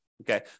okay